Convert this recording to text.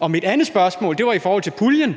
om. Mit andet spørgsmål var om puljen.